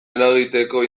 eragiteko